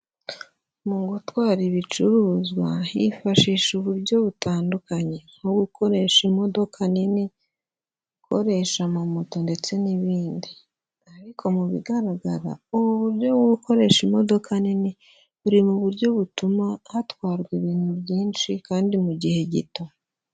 Mu gutwara ibicuruzwa hifashishwa uburyo butandukanye, nko gukoresha imodoka nini ikoresha amamoto ndetse n'ibindi, ariko mu bigaragara ubu buryo bwo gukoresha imodoka nini buri mu buryo butuma hatwarwa ibintu byinshi kandi mu gihe gito.